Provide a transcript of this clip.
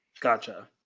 Gotcha